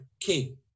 king